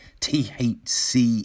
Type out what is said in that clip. THC